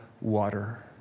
water